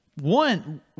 One